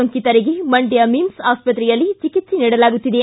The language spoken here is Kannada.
ಸೋಂಕಿತರಿಗೆ ಮಂಡ್ತ ಮಿಮ್ಸ್ ಆಸ್ಪತ್ರೆಯಲ್ಲಿ ಚಿಕಿತ್ಸೆ ನೀಡಲಾಗುತ್ತಿದೆ